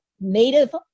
Native